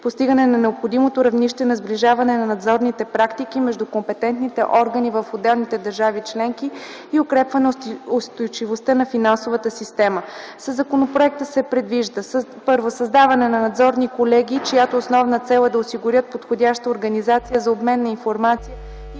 постигане на необходимото равнище на сближаване на надзорните практики между компетентните органи в отделните държави членки и укрепване устойчивостта на финансовата система. Със законопроекта се предвижда: 1. създаване на надзорни колегии, чиято основна цел е да осигурят подходяща организация за обмен на информация